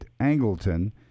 Angleton